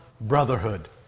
Brotherhood